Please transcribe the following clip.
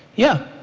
yeah,